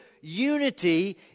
unity